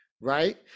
Right